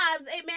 Amen